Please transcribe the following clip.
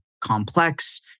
complex